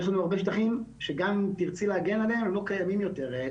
יש לנו הרבה שטחים שגם אם תרצי להגן עליהם הם לא קיימים יותר,